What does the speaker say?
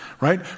right